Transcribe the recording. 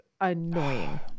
annoying